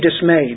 dismayed